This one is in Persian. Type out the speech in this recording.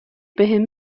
بهم